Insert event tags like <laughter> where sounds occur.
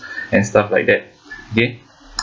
<breath> and stuff like that okay